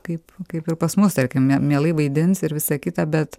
kaip kaip ir pas mus tarkim mielai vaidins ir visa kita bet